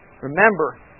Remember